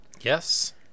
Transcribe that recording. Yes